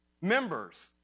Members